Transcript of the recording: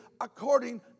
according